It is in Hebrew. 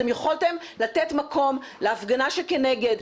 אתם יכולתם לתת מקום להפגנה שכנגד,